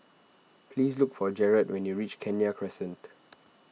please look for Jerrad when you reach Kenya Crescent